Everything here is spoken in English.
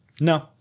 No